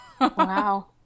Wow